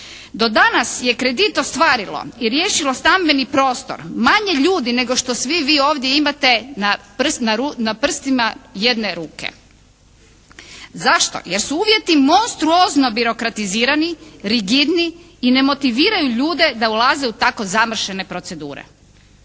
do danas je kredit ostvarilo i riješilo stambeni prostor manje ljudi nego što svi vi ovdje imate na prstima jedne ruke. Zašto? Jer su uvjeti monstruozno birokratizirani, rigidni i ne motiviraju ljude da ulaze u tako zamršene procedure.